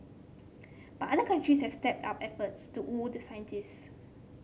but other countries have stepped up efforts to woo the scientists